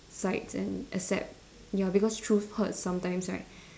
sights and accept ya because truth hurts sometime right